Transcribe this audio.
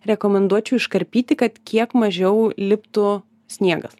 rekomenduočiau iškarpyti kad kiek mažiau liptų sniegas